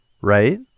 right